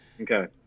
okay